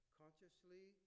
consciously